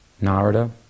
Narada